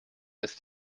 ist